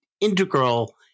integral